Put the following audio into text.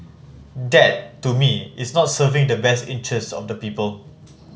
that to me is not serving the best interests of the people